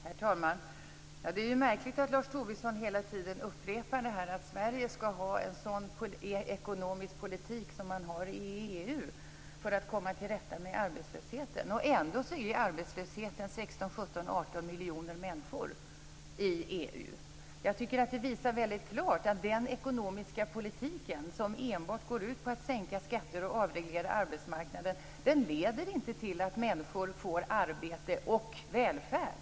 Herr talman! Det är märkligt att Lars Tobisson hela tiden upprepar att Sverige skall ha en sådan ekonomisk politik som man har i EU för att komma till rätta med arbetslösheten. Ändå är arbetslösheten 16, 17, 18 miljoner människor i EU. Jag tycker att det väldigt klart visar att den ekonomiska politik som enbart går ut på att sänka skatter och avreglera arbetsmarknaden inte leder till att människor får arbete och välfärd.